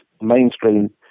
mainstream